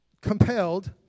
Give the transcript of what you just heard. compelled